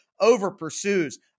over-pursues